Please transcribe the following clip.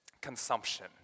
Consumption